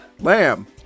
Lamb